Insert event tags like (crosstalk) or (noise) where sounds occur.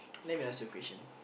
(noise) let me ask you a question